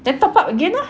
then top up again lah